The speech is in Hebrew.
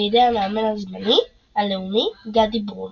על ידי המאמן הזמני הלאומי גדי ברומר.